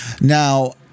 Now